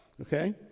okay